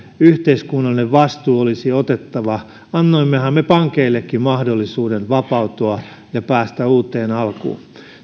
yhteiskunnallinen vastuu olisi otettava annoimmehan me pankeillekin mahdollisuuden vapautua ja päästä uuteen alkuun